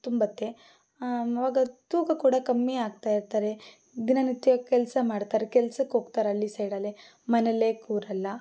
ತುಂಬತ್ತೆ ಆವಾಗ ತೂಕ ಕೂಡ ಕಮ್ಮಿ ಆಗ್ತಾ ಇರ್ತಾರೆ ದಿನನಿತ್ಯ ಕೆಲಸ ಮಾಡ್ತಾರೆ ಕೆಲಸಕ್ಕೆ ಹೋಗ್ತಾರೆ ಹಳ್ಳಿ ಸೈಡಲ್ಲಿ ಮನೇಲ್ಲೇ ಕೂರಲ್ಲ